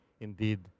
indeed